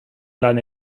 lan